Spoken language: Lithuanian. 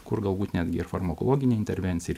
kur galbūt netgi farmakologinė intervencija ir